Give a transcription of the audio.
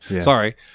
sorry